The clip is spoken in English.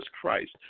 Christ